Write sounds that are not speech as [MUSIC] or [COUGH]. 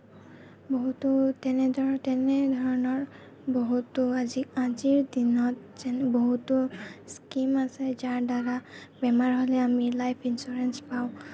বহুতো [UNINTELLIGIBLE] তেনেধৰণৰ বহুতো আজি আজিৰ দিনত যেন বহুতো স্কিম আছে যাৰ দ্বাৰা বেমাৰ হ'লে আমি লাইফ ইঞ্চুৰেঞ্চ পাওঁ